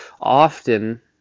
often